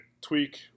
tweak